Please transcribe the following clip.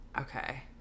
okay